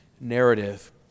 narrative